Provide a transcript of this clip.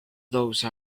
those